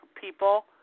people